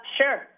Sure